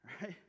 Right